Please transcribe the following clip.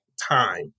time